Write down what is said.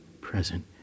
present